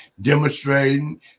demonstrating